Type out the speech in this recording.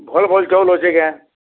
ଭଲ୍ ଭଲ୍ ଚଉଲ୍ ଅଛେ କାଏଁ